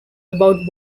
about